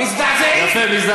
יפה.